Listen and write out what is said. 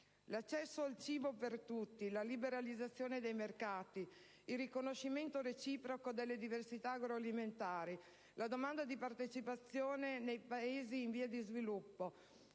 L'accesso al cibo per tutti, la liberalizzazione dei mercati, il riconoscimento reciproco delle diversità agroalimentari, la domanda di partecipazione nei Paesi in via di sviluppo,